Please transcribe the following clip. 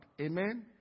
Amen